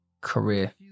career